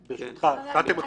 מבחינתה, היא מעבירה.